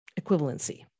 equivalency